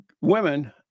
women